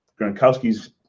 Gronkowski's